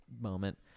moment